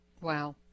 Wow